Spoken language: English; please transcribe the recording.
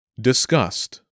Disgust